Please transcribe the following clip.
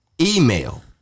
email